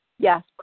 Yes